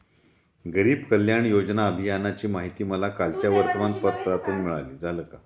गरीब कल्याण योजना अभियानाची माहिती मला कालच्या वर्तमानपत्रातून मिळाली